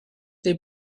they